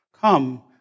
Come